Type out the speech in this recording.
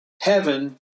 heaven